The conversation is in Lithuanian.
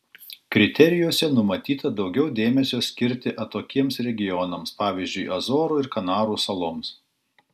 kriterijuose numatyta daugiau dėmesio skirti atokiems regionams pavyzdžiui azorų ir kanarų saloms